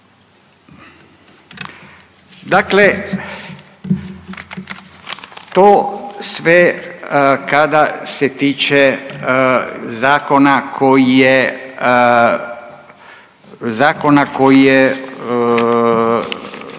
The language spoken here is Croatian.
Dakle, to sve kada se tiče zakona koji je